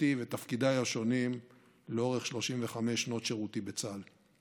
הכשרתי ותפקידיי השונים לאורך 35 שנות שירותי בצה"ל.